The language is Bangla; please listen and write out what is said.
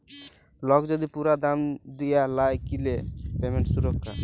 লক যদি পুরা দাম দিয়া লায় কিলে পেমেন্ট সুরক্ষা